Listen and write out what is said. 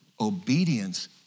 obedience